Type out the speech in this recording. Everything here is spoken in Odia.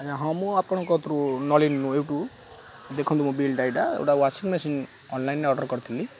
ଆଜ୍ଞା ହଁ ମୁଁ ଆପଣଙ୍କ କତରୁ ନଳି ଏଇଠୁ ଦେଖନ୍ତୁ ମୋ ବିଲ୍ଟା ଏଇଟା ୱାସିଂ ମେସିନ୍ ଅନ୍ଲାଇନ୍ରେ ଅର୍ଡ଼ର୍ କରିଥିଲି